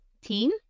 team